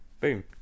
Boom